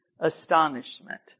astonishment